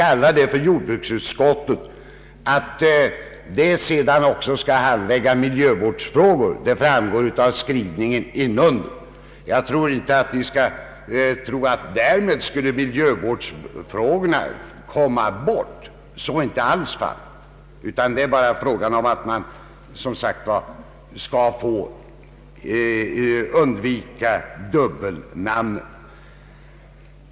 Att utskottet också skall handlägga miljövårdsfrågor framgår av skrivningen beträffande utskottets arbetsuppgifter. Vi skall inte tro att miljövårdsfrågorna kommer bort bara därför att vi behåller det gamla namnet, jordbruksutskottet. Vi vill bara undvika dubbelnamn.